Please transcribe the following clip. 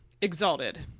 Exalted